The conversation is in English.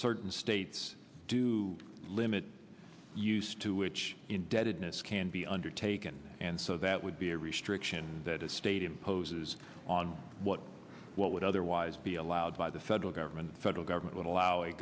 certain states do limit use to which indebtedness can be undertaken and so that would be a restriction that a state imposes on what would otherwise be allowed by the federal government the federal government would allow a